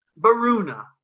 Baruna